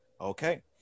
Okay